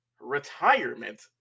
retirement